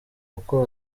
boko